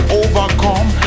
overcome